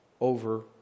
over